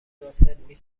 راسل، می